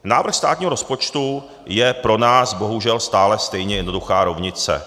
Návrh státního rozpočtu je pro nás bohužel stále stejně jednoduchá rovnice.